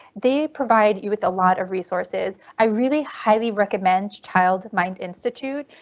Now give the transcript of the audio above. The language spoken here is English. they provide you with a lot of resources. i really highly recommend child mind institute.